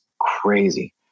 crazy